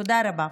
תודה רבה.